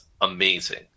amazing